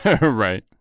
Right